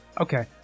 Okay